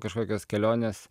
kažkokios kelionės